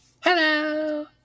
Hello